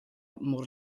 môr